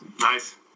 nice